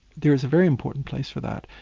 there's a very important place for that.